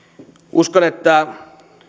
uskon että